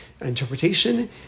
interpretation